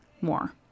more